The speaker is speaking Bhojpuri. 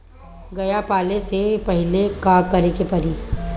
गया पाले से पहिले का करे के पारी?